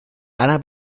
alain